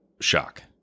shock